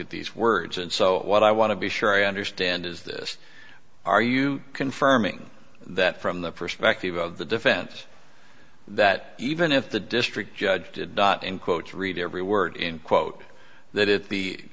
at these words and so what i want to be sure i understand is this are you confirming that from the perspective of the defense that even if the district judge did not in quotes read every word in quote that i